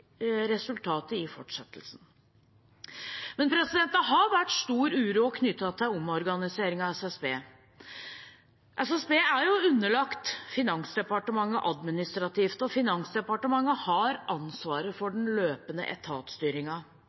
i fortsettelsen. Det har vært stor uro knyttet til omorganiseringen av SSB. SSB er underlagt Finansdepartementet administrativt, og Finansdepartementet har ansvaret for den løpende